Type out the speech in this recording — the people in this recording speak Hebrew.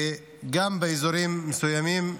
וגם באזורים מסוימים,